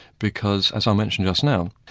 because as i mentioned just now,